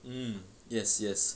mm yes yes